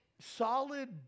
solid